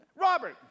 Robert